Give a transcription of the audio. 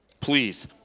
Please